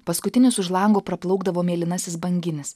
paskutinis už lango praplaukdavo mėlynasis banginis